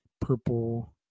purple